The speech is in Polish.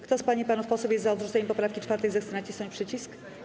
Kto z pań i panów posłów jest za odrzuceniem poprawki 4., zechce nacisnąć przycisk.